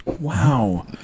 Wow